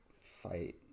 fight